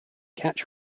catch